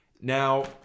Now